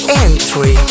entry